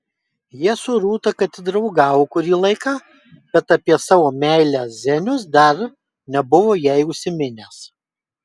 jie su rūta kad ir draugavo kurį laiką bet apie savo meilę zenius dar nebuvo jai užsiminęs